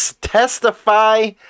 testify